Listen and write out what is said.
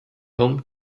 home